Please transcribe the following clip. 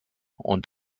und